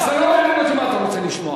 זה לא מעניין אותי מה אתה רוצה לשמוע.